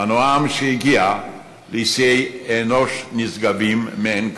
ואנו עם שהגיע לשיאי אנוש נשגבים מאין כמוהם.